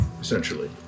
essentially